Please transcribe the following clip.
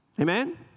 Amen